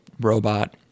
robot